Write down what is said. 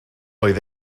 oedd